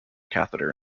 catheter